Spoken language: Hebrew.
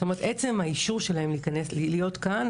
זאת אומרת עצם האישור שלהן להיות כאן,